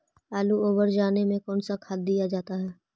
आलू ओवर जाने में कौन कौन सा खाद दिया जाता है?